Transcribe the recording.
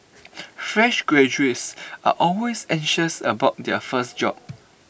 fresh graduates are always anxious about their first job